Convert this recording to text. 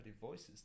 voices